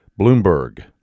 Bloomberg